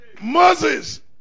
Moses